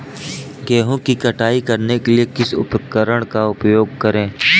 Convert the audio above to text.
गेहूँ की कटाई करने के लिए किस उपकरण का उपयोग करें?